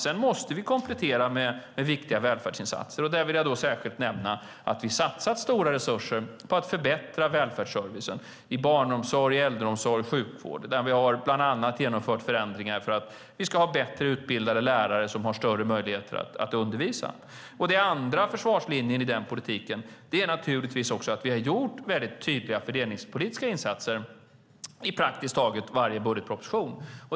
Sedan måste vi komplettera med viktiga välfärdsinsatser. Där vill jag särskilt nämna att vi satsar stora resurser på att förbättra välfärdsservicen i barnomsorg, äldreomsorg och sjukvård, där vi bland annat har genomfört förändringar för att vi ska ha bättre utbildade lärare som har större möjligheter att undervisa. Den andra försvarslinjen i den politiken är naturligtvis att vi har gjort väldigt tydliga fördelningspolitiska insatser i praktiskt taget varje budgetproposition.